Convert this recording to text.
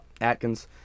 Atkins